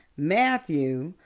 matthew,